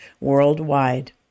worldwide